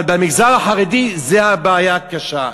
אבל במגזר החרדי, זאת הבעיה הקשה.